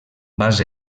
base